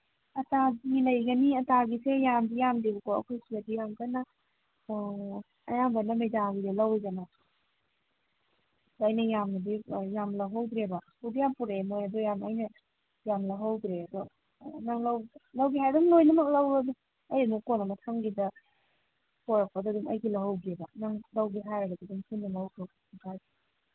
ꯑꯇꯥꯒꯤ ꯂꯩꯒꯅꯤ ꯑꯇꯥꯒꯤꯁꯦ ꯌꯥꯝꯗꯤ ꯌꯥꯝꯗꯦꯕꯀꯣ ꯑꯩꯈꯣꯏ ꯁꯤꯗꯗꯤ ꯌꯥꯝ ꯀꯟꯅ ꯑꯌꯥꯝꯕꯅ ꯃꯩꯗꯥꯒꯤꯗ ꯂꯧꯋꯤꯗꯅ ꯑꯗꯨ ꯑꯩꯅ ꯌꯥꯝꯅꯗꯤ ꯌꯥꯝ ꯂꯧꯍꯧꯗ꯭ꯔꯦꯕ ꯄꯨꯗꯤ ꯌꯥꯝ ꯄꯨꯔꯛꯑꯦ ꯃꯣꯏ ꯑꯗ ꯌꯥꯝ ꯑꯩꯅ ꯌꯥꯝ ꯂꯧꯍꯧꯗ꯭ꯔꯦ ꯑꯗꯣ ꯅꯪ ꯂꯣꯏꯅꯃꯛ ꯂꯧꯔꯣꯗ ꯑꯩ ꯑꯃꯨꯛ ꯀꯣꯟꯅ ꯃꯊꯪꯒꯤꯗ ꯄꯣꯔꯛꯄꯗ ꯑꯗꯨꯝ ꯑꯩꯒꯤ ꯂꯧꯍꯧꯒꯦꯕ ꯅꯪ ꯂꯧꯒꯦ ꯍꯥꯏꯔꯒꯗꯤ ꯑꯗꯨꯝ ꯄꯨꯟꯅ ꯂꯧꯒ꯭ꯔꯣ ꯀꯩꯁꯨ ꯀꯥꯏꯗꯦ